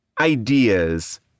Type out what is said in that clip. ideas